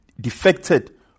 defected